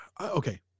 Okay